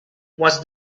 was